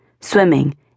swimming